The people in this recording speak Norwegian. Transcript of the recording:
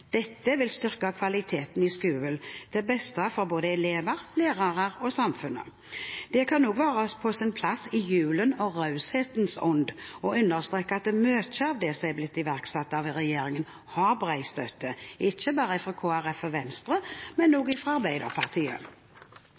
Dette vil styrke kvaliteten i skolen, til beste for både elever, lærere og samfunnet. Det kan også være på sin plass i julens og raushetens ånd å understreke at mye av det som er blitt iverksatt av regjeringen, har bred støtte, ikke bare fra Kristelig Folkeparti og Venstre, men også fra Arbeiderpartiet.